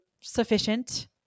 sufficient